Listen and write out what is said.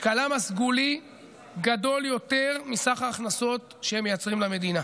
משקלם הסגולי גדול יותר מסך ההכנסות שהם מייצרים למדינה.